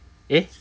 eh